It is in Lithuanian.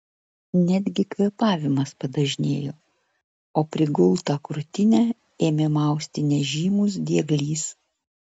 netgi kvėpavimas padažnėjo o prigultą krūtinę ėmė mausti nežymus dieglys